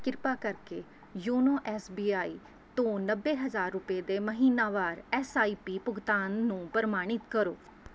ਕਿਰਪਾ ਕਰਕੇ YONO S B I ਤੋਂ ਨੱਬੇ ਹਜ਼ਾਰ ਰੁਪਏ ਦੇ ਮਹੀਨਾਵਾਰ ਐੱਸ ਆਈ ਪੀ ਭੁਗਤਾਨ ਨੂੰ ਪ੍ਰਮਾਣਿਤ ਕਰੋ